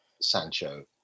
Sancho